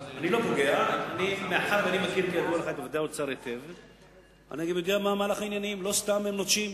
נא לסיים.